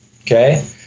Okay